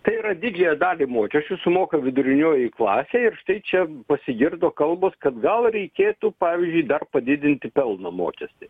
tai yra didžiąją dalį mokesčių sumoka vidurinioji klasė ir štai čia pasigirdo kalbos kad gal reikėtų pavyzdžiui dar padidinti pelno mokestį